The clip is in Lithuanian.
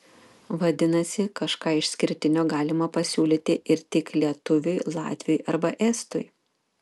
vadinasi kažką išskirtinio galima pasiūlyti ir tik lietuviui latviui arba estui